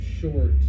short